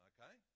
Okay